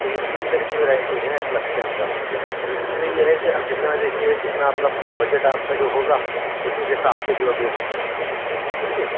تو یہ تین طرح کی ورائٹی ہیں ایٹلس کے اندر اس میں یہ ہے کہ آپ جتنا دیکھیے جتنا آپ کا بجٹ آپ کا جو ہوگا اسی کے حساب سے جو ابھی ٹھیک ہے